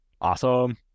Awesome